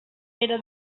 era